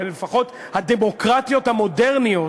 לפחות בדמוקרטיות המודרניות,